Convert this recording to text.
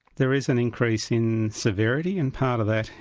there is an increase in severity and part of that,